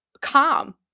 calm